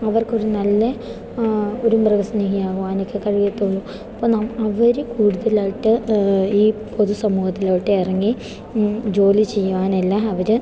അവർക്കൊരു നല്ല ഒരു മൃഗ സ്നേഹിയാവാനൊക്കെ കഴിയത്തുള്ളൂ അപ്പം അവർ കൂടുതലായിട്ട് ഈ പൊതു സമൂഹത്തിലോട്ട് ഇറങ്ങി ജോലി ചെയ്യുവാനല്ല അവർ